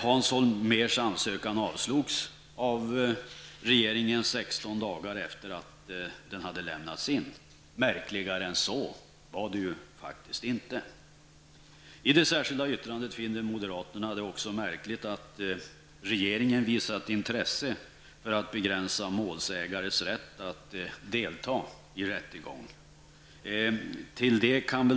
Hans Holmérs ansökan avslogs av regeringen sexton dagar efter att den hade lämnats in. Märkligare än så var det faktiskt inte. I det särskilda yttrandet finner moderaterna det också märkligt att regeringen visat intresse för att begränsa målsägares rätt att delta i rättegång.